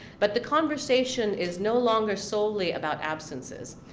but the conversation is no longer solely about absences.